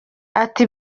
ati